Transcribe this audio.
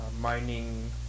mining